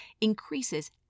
increases